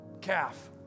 calf